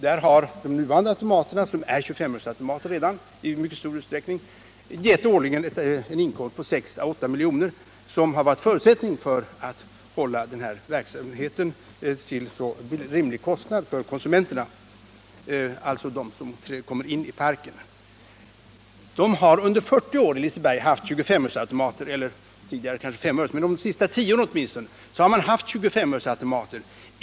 Där har de nuvarande automaterna, som redan i mycket stor utsträckning är 25-öresautomater, årligen gett en inkomst av 6-8 milj.kr., vilket varit en förutsättning för att kunna driva verksamheten till så rimlig kostnad för konsumenterna, dvs. för dem som går till parken. Liseberg har under 40 år haft sådana automater — tidigare S-öresautomater och de senaste tio åren 25-öresautomater.